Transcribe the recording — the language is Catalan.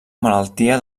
malaltia